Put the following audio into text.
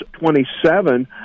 27